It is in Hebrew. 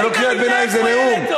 זה לא קריאת ביניים, זה נאום.